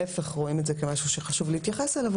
להיפך רואים את זה כמשהו שחשוב להתייחס אליו,